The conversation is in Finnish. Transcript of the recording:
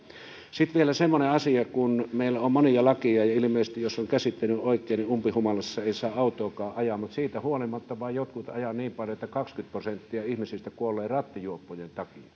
sitten vielä semmoinen asia että kun meillä on monia lakeja ja ja ilmeisesti jos olen käsittänyt oikein umpihumalassa ei saa autoakaan ajaa niin siitä huolimatta vaan jotkut ajavat niin paljon että kaksikymmentä prosenttia ihmisistä kuolee rattijuoppojen takia